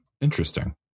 Interesting